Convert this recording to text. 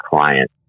client